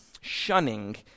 shunning